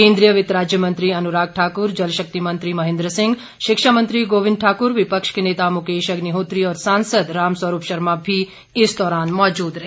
केन्द्रीय वित्त राज्य मंत्री अनुराग ठाक्र जल शक्ति मंत्री महेन्द्र सिंह शिक्षा मंत्री गाविंद ठाक्र विपक्ष के नेता मुकेश अग्निहोत्री और सांसद राम स्वरूप शर्मा भी इस दौरान मौजूद रहे